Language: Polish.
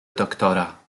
doktora